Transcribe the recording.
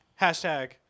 Hashtag